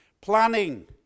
Planning